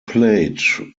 played